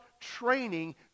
training